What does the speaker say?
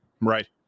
right